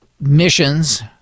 missions